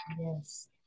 Yes